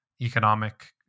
economic